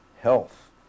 health